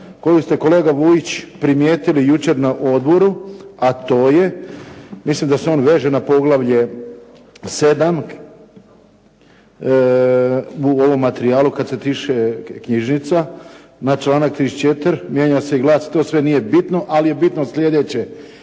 koju ste kolega Vujić primijetili jučer na odboru a to je, mislim da se on veže na poglavlje 7 u ovom materijalu kad se tiče knjižnica na članak 34. mijenja se i glasi. To sve nije bitno ali je bitno slijedeće.